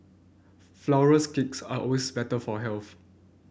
flowers cakes are always better for health